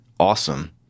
Awesome